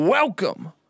Welcome